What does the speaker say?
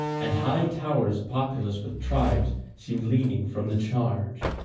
and high towers populous with tribes seemed leaning from the charge.